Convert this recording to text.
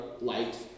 light